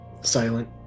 silent